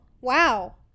wow